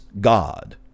God